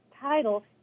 title